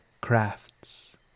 crafts